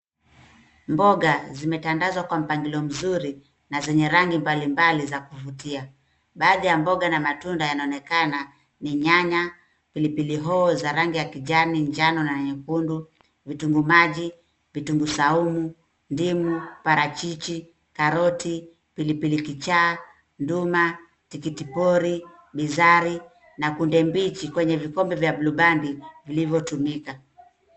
Mboga zimetandazwa kwa mpangilio mzuri na zenye rangi mbalimbali za kuvutia. Baathi ya mboga na matunda zinaonekana ni nyanya, pilipili hoho za rangi ya kijani, njano, na nyekundu, vitunguu maji , vitunguu saumu, ndimu, parachichi, karoti, pilipili kichaa, ndoma ,tikiti pori, bizari na kunde mbichi kwenye vikombe vya bulubandi vilivyotumika.